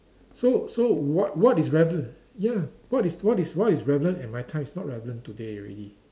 so so what what is relevant ya what is what is what is relevant at my time is not relevant today already